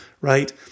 right